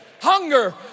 hunger